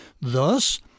Thus